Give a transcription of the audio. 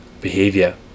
behavior